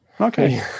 Okay